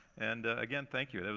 and again, thank you.